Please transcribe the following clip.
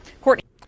Courtney